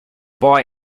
boy